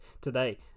today